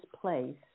place